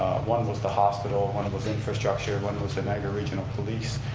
one was the hospital, one was infrastructure, one was the niagara regional police,